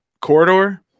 Corridor